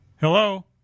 hello